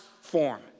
form